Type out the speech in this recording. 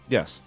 Yes